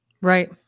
Right